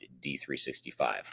D365